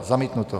Zamítnuto.